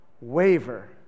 waver